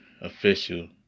official